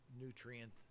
nutrient